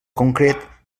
concret